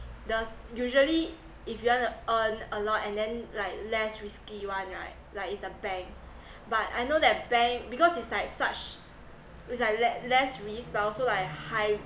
thus usually if you wanna earn a lot and then like less risky one right like it's a bank but I know that bank because it's like such it's like less less risk but also like high